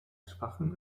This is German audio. schwachem